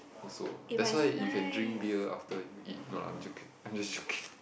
also that's why you can drink beer after you eat no lah I'm joke I'm just joking